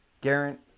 garrett